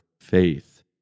faith